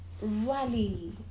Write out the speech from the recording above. rally